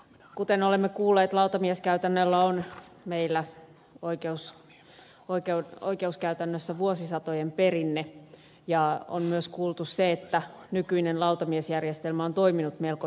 kuten olemme kuulleet lautamieskäytännöllä on meillä oikeuskäytännössä vuosisatojen perinne ja on myös kuultu se että nykyinen lautamiesjärjestelmä on toiminut melko hyvin